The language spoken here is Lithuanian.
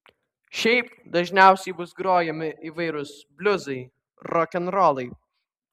šiaip dažniausiai bus grojami įvairūs bliuzai rokenrolai